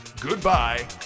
goodbye